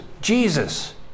Jesus